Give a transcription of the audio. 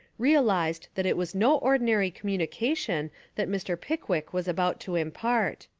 realised that it was no ordinary communication that mr. pick wick was about to impart.